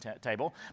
table